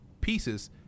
pieces